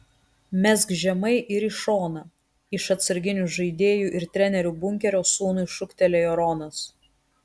mesk žemai ir į šoną iš atsarginių žaidėjų ir trenerių bunkerio sūnui šūktelėjo ronas